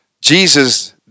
Jesus